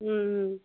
ம் ம்